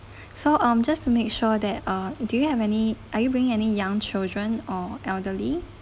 so um just to make sure that uh do you have any are you bring any young children or elderly